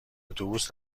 اتوبوس